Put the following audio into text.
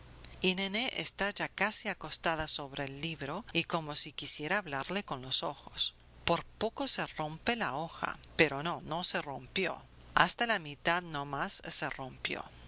y nené está ya casi acostada sobre el libro y como si quisiera hablarle con los ojos por poco se rompe la hoja pero no no se rompió hasta la mitad no más se rompió